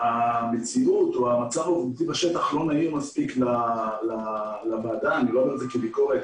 שהמציאות או המצב בשטח לא נעים מספיק לוועדה אני לא אומר כביקורת,